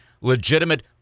legitimate